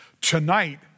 Tonight